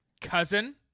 Cousin